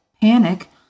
panic